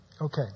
okay